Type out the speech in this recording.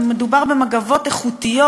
מדובר במגבות איכותיות.